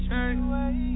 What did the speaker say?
away